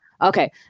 Okay